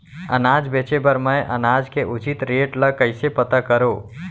अनाज बेचे बर मैं अनाज के उचित रेट ल कइसे पता करो?